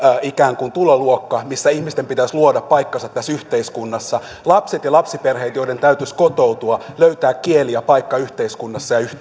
ikään kuin tuloluokka missä ihmisten pitäisi luoda paikkansa tässä yhteiskunnassa kun ovat kysymyksessä lapset ja lapsiperheet joiden täytyisi kotoutua löytää kieli ja paikka yhteiskunnassa